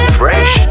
fresh